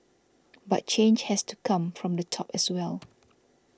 but change has to come from the top as well